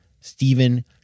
Stephen